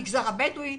והבדווית.